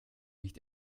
nicht